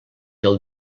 del